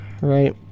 Right